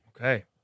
Okay